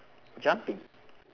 jumping